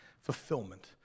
fulfillment